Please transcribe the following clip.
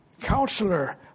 Counselor